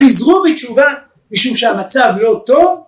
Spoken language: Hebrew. חזרו בתשובה משום שהמצב לא טוב